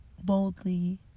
boldly